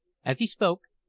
as he spoke,